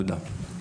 תודה.